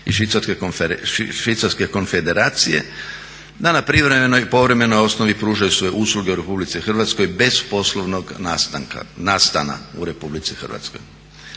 i švicarske konfederacije da na privremenoj i povremenoj osnovi pružaju svoje usluge u RH bez poslovnog nastana u RH. Uređuje